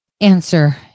answer